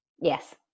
yes